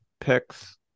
picks